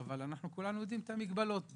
אבל אנחנו יודעים את המגבלות.